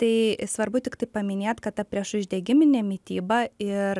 tai svarbu tiktai paminėt kad ta priešuždegiminė mityba ir